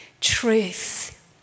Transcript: truth